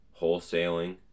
wholesaling